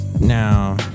Now